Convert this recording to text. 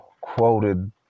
quoted